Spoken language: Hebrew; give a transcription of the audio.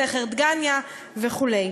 סכר דגניה וכו'.